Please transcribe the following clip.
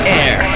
air